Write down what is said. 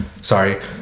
Sorry